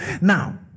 Now